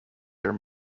their